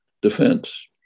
defense